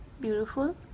Beautiful